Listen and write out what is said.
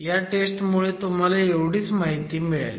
ह्या टेस्ट मुळे तुम्हाला एवढीच माहिती मिळेल